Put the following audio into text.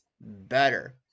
better